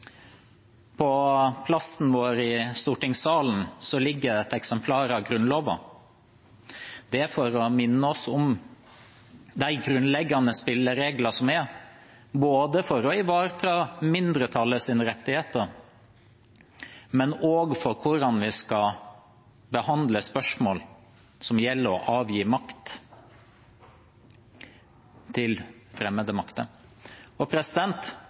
på Eidsvoll. På plassen vår i stortingssalen ligger det et eksemplar av Grunnloven. Det er for å minne oss om de grunnleggende spillereglene både for å ivareta mindretallets rettigheter og også for hvordan vi skal behandle spørsmål som gjelder å avgi makt til fremmede makter.